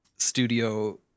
studio